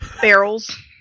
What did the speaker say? Barrels